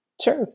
Sure